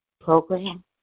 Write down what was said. program